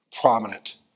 Prominent